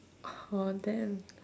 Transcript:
!aww! damn